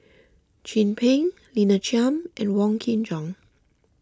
Chin Peng Lina Chiam and Wong Kin Jong